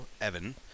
Evan